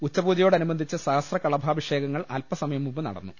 ഉച്ചപൂജയോടനുബന്ധിച്ച് സഹ സ്രകളഭാഭിഷേകങ്ങൾ അൽപസമയംമുമ്പ് നടന്നു